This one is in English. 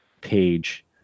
page